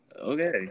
Okay